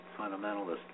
fundamentalist